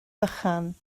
bychan